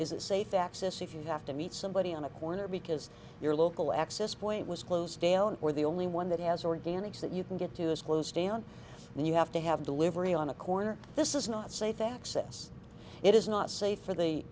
a safe access if you have to meet somebody on a corner because your local access point was closed down or the only one that has organics that you can get to is closed down and you have to have delivery on a corner this is not safe access it is not safe for the